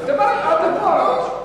עד לפה הרעש.